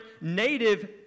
native